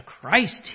Christ